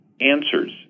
answers